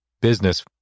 business